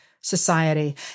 society